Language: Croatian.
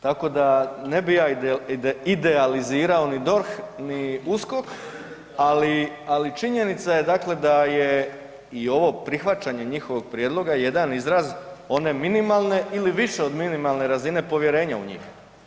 Tako da ne bi ja idealizirao ni DORH, ni USKOK, ali činjenica je dakle da je i ovo prihvaćanje njihovog prijedloga jedan izraz one minimalne ili više od minimalne razine povjerenja u njih.